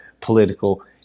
political